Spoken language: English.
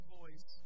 voice